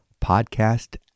podcast